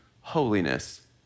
holiness